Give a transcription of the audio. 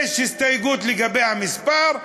יש הסתייגות לגבי המספר,